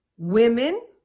Women